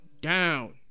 Down